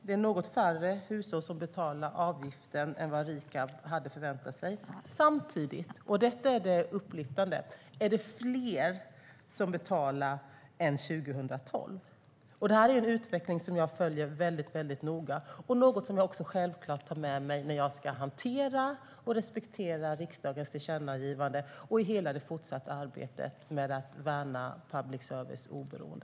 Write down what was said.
Det är något färre hushåll som betalar avgiften än vad Rikab hade förväntat sig, men samtidigt - och detta är det upplyftande - är det fler som betalar än 2012. Det här är en utveckling som jag följer noga och självklart tar med mig när jag ska hantera och respektera riksdagens tillkännagivande och i hela det fortsatta arbetet med att värna public services oberoende.